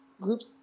groups